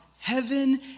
Heaven